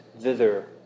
thither